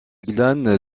glane